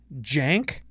jank